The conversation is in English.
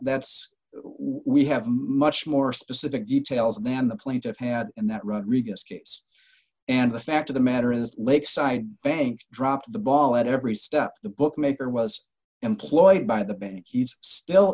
's we have much more specific details than the plaintiffs had in that rodriguez case and the fact of the matter is lakeside banks dropped the ball at every step the bookmaker was employed by the bank he's still